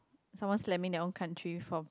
someone laminate on country from